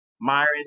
Myron